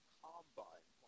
combine